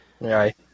Right